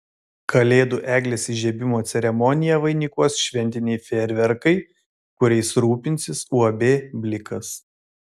kalėdų eglės įžiebimo ceremoniją vainikuos šventiniai fejerverkai kuriais rūpinsis uab blikas